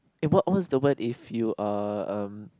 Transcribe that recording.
eh was the word if you are um